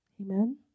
Amen